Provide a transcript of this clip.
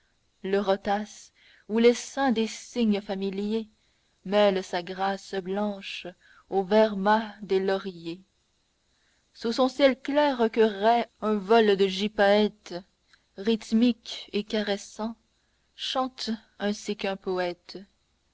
vastes l'eurotas où l'essaim des cygnes familiers mêle sa grâce blanche au vert mat des lauriers sous son ciel clair que raie un vol de gypaète rhythmique et caressant chante ainsi qu'un poète